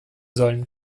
sollen